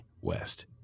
West